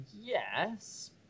Yes